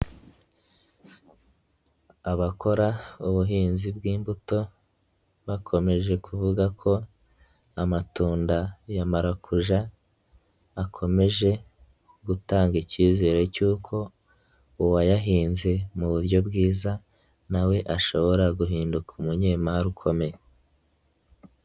Abakora ubuhinzi bw'imbuto, bakomeje kuvuga ko amatunda ya Marakuja, akomeje gutanga icyizere cy'uko uwayahinze mu buryo bwiza na we ashobora guhinduka umunyemari ukomeye.